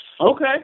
Okay